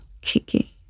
Kiki